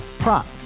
Prop